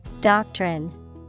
Doctrine